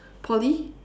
poly